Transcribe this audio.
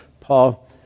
Paul